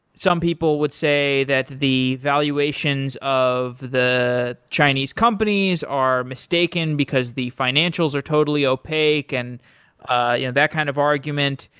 some people would say that the valuations of the chinese companies are mistaken, because the financials are totally opaque, and ah yeah that kind of argument.